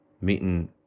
meeting